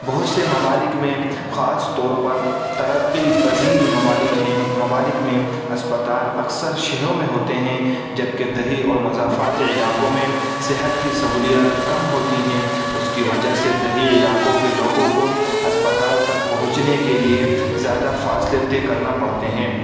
بہت سے ممالک میں خاص طور پر ترقی پذیر ممالک ہیں ممالک میں اسپتال اکثر شہروں میں ہوتے ہیں جبکہ دیہی اور مضافاتی علاقوں میں صحت کی سہولیات کم ہوتی ہیں اس کی وجہ سے دہی علاقوں کے لوگوں کو اسپتال تک پہنچنے کے لیے زیادہ فاصلے طے کرنا پڑتے ہیں